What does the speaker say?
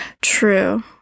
True